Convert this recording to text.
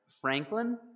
Franklin